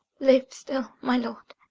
live still, my lord